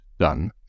done